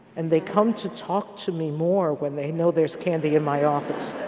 and they come to talk to me more when they know there's candy in my office.